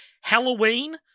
Halloween